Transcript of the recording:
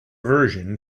version